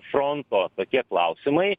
fronto tokie klausimai